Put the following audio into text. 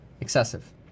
excessive